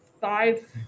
five